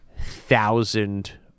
thousand